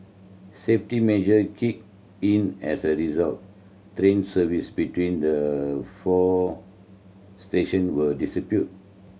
safety measure kicked in as a result train services between the four station were disrupted